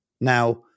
Now